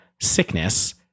sickness